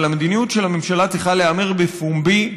אבל המדיניות של הממשלה צריכה להיאמר בפומבי,